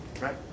Right